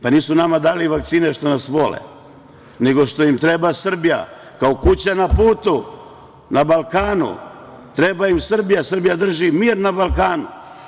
Pa nisu nama dali vakcine što nas vole, nego što im treba Srbija kao kuća na putu, na Balkanu, treba im Srbija, Srbija drži mir na Balkanu.